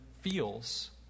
feels